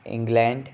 England